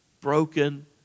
broken